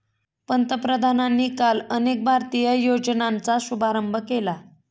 पंतप्रधानांनी काल अनेक भारतीय योजनांचा शुभारंभ केला